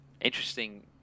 interesting